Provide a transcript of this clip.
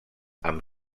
amb